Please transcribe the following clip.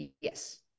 yes